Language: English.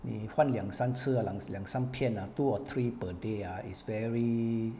你换两三次 ah 两两三片的 two or three per day ah is very